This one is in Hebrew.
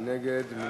מי נגד?